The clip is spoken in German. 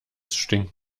stinkt